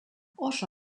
oso